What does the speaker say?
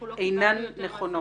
אינן נכונות.